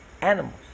Animals